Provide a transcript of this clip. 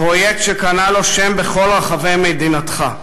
פרויקט שקנה לו שם בכל רחבי מדינתך.